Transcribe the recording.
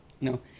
No